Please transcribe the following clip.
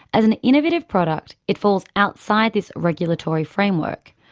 as an innovative product it falls outside this regulatory framework.